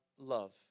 love